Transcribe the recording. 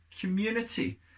community